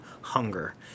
hunger